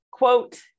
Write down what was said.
Quote